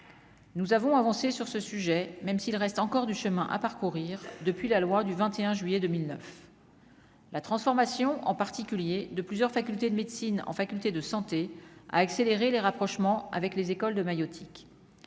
nous avons avancé sur ce sujet, même s'il reste encore du chemin à parcourir, depuis la loi du 21 juillet 2000. La transformation en particulier de plusieurs facultés de médecine en faculté de santé à accélérer les rapprochements avec les écoles de maïeutique